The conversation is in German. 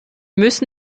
müssen